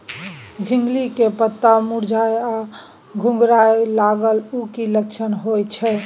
झिंगली के पत्ता मुरझाय आ घुघरीया लागल उ कि लक्षण होय छै?